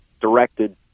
directed